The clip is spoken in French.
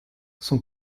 sans